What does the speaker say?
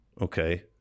Okay